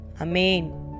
Amen